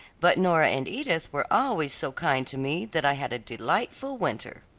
but nora and edith were always so kind to me that i had a delightful winter.